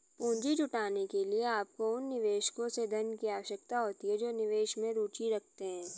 पूंजी जुटाने के लिए, आपको उन निवेशकों से धन की आवश्यकता होती है जो निवेश में रुचि रखते हैं